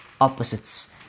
opposites